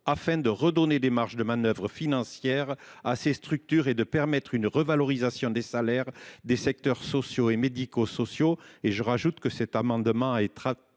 afin de redonner des marges de manœuvre financières à ces structures et de permettre une revalorisation des salaires dans les secteurs sociaux et médico sociaux. J’ajoute que cet amendement a